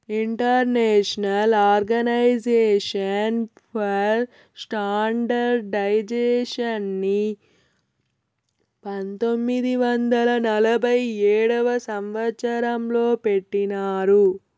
international organisation for స్టాండర్డయిజేషన్ని పంతొమ్మిది వందల నలభై ఏడవ సంవచ్చరం లో పెట్టినారు